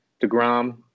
DeGrom –